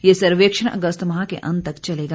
ये सर्वेक्षण अगस्त माह के अंत तक चलेगा